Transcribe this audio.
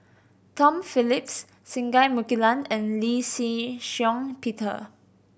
Tom Phillips Singai Mukilan and Lee Shih Shiong Peter